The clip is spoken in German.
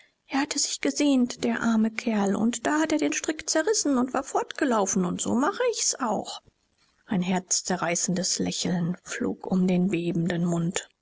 er hatte sich gesehnt der arme kerl und da hatte er den strick zerrissen und war fortgelaufen und so mache ich's auch ein herzzerreißendes lächeln flog um den bebenden mund